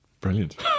Brilliant